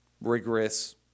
rigorous